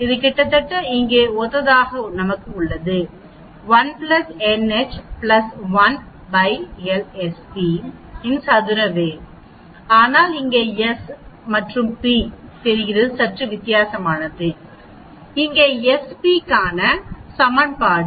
இது கிட்டத்தட்ட இங்கே ஒத்ததாக நமக்கு 1 nH 1 l Sp இன் சதுர வேர் உள்ளது ஆனால் இங்கே s p அது தெரிகிறது சற்று வித்தியாசமானது இங்கே Sp க்கான சமன்பாடு